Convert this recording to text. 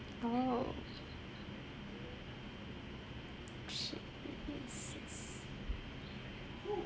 oh shit vivian says